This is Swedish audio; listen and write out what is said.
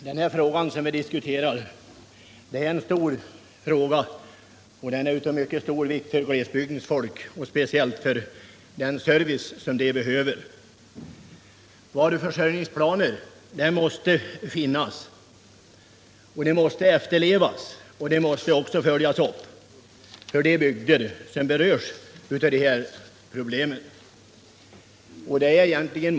Herr talman! Den fråga som vi nu diskuterar är av mycket stor vikt för glesbygdens folk och för den service som de människorna behöver. Varuförsörjningsplaner måste finnas. De måste också efterlevas och följas upp i de bygder — och de är många —- där man brottas med de här problemen.